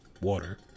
water